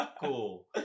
Cool